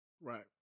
Right